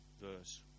verse